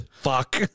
Fuck